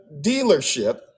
dealership